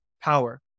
power